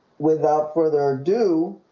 without further ado